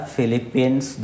Philippines